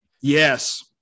Yes